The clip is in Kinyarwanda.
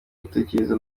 gutekereza